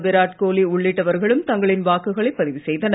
விராட் கொலி உள்ளிட்டவர்களும் தங்களின் வாக்குகளைப் பதிவு செய்தனர்